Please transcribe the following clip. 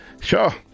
sure